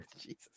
Jesus